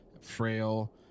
frail